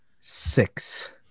Six